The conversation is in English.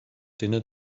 dinner